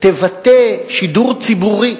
תבטא שידור ציבורי.